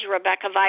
Rebecca